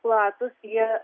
platūs jie